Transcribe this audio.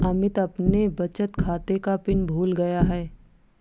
अमित अपने बचत खाते का पिन भूल गया है